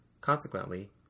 Consequently